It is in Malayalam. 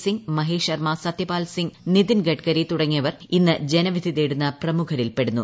സിങ്ങ് മഹേശ് ശർമ്മ സത്യപാൽ സിംഗ് നിതിൻ ഗഡ്കരി തുടങ്ങിയവർ ഇന്ന് ജനവിധി തേടുന്ന പ്രമുഖരിൽ പെടുന്നു